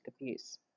abuse